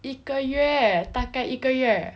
一个月大概一个月